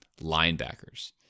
linebackers